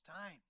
time